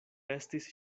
estis